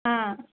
ஆ